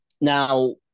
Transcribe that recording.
Now